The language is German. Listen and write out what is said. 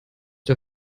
der